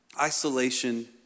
isolation